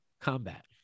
combat